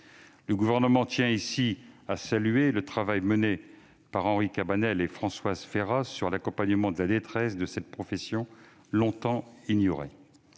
le Gouvernement tient à saluer le travail mené par Henri Cabanel et Françoise Férat sur l'accompagnement de la détresse, longtemps ignorée,